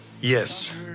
Yes